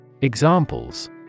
Examples